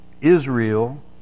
Israel